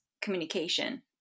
communication